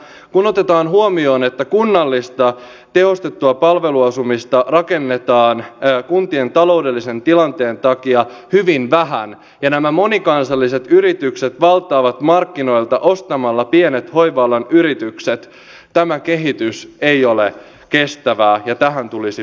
kun otetaan huomioon että kunnallista tehostettua palveluasumista rakennetaan kuntien taloudellisen tilanteen takia hyvin vähän ja nämä monikansalliset yritykset valtaavat markkinoita ostamalla pienet hoiva alan yritykset tämä kehitys ei ole kestävää ja tähän tulisi puuttua